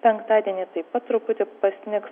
penktadienį taip pat truputį pasnigs